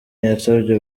yasabye